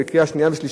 בקריאה שנייה ושלישית,